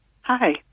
Hi